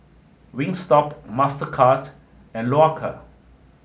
Wingstop Mastercard and Loacker